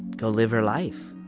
go live her life,